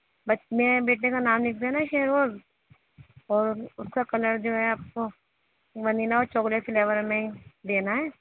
بس میرے بیٹے کا نام لکھ دینا شہروز اور اس کا کلر جو ہے آپ کو ونیلا اور چاکلیٹ فلیور میں دینا ہے